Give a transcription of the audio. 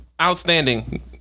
Outstanding